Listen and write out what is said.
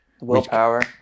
willpower